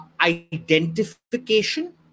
identification